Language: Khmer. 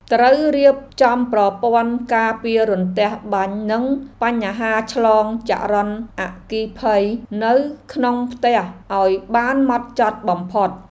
ត្រូវរៀបចំប្រព័ន្ធការពាររន្ទះបាញ់និងបញ្ហាឆ្លងចរន្តអគ្គិភ័យនៅក្នុងផ្ទះឱ្យបានហ្មត់ចត់បំផុត។